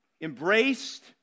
embraced